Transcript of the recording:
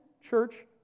church